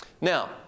Now